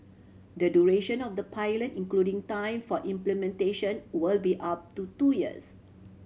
the duration of the pilot including time for implementation will be up to two years